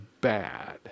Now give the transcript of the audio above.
bad